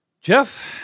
Jeff